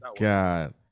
god